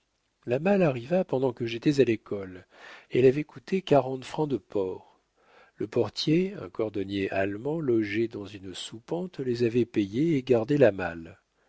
la malle arriva pendant que j'étais à l'école elle avait coûté quarante francs de port le portier un cordonnier allemand logé dans une soupente les avait payés et gardait la malle